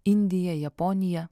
indiją japoniją